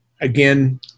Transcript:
again